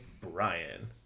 brian